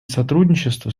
сотрудничества